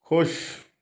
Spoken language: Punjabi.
ਖੁਸ਼